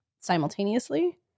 simultaneously